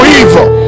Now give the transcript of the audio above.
evil